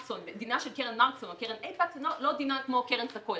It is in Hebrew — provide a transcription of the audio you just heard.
דינה של קרן מרקסון או קרן אייפקס לא כמו דינה של קרן סקויה,